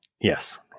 Yes